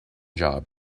job